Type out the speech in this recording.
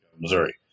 Missouri